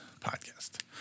podcast